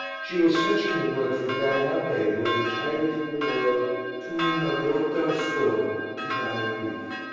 she was searching the wood for bradamante who had retired from the world to una grotta oscura to die of grief.